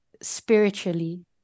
spiritually